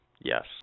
Yes